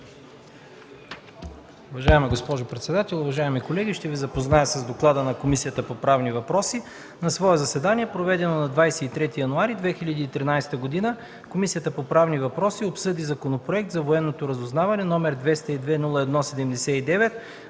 Уважаема госпожо председател, уважаеми колеги, ще ви запозная с Доклада на Комисията по правни въпроси. „На свое заседание, проведено на 23 януари 2013 г., Комисията по правни въпроси обсъди Законопроект за военното разузнаване № 202-01-79,